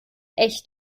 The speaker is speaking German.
echt